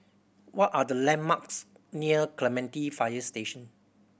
what are the landmarks near Clementi Fire Station